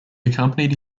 accompanied